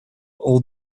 all